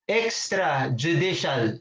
extrajudicial